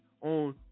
on